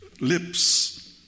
Lips